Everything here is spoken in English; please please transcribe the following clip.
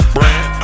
Brand